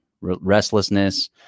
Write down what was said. restlessness